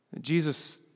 Jesus